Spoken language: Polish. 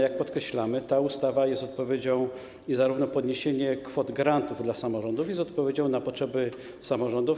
Jak podkreślamy, ta ustawa jest odpowiedzią i podniesienie kwot grantów dla samorządów jest odpowiedzią na potrzeby samorządów.